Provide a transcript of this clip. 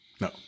No